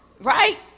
right